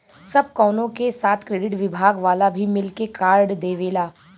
सब कवनो के साथ क्रेडिट विभाग वाला भी मिल के कार्ड देवेला